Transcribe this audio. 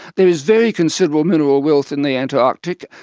there is very considerable mineral wealth in the antarctic.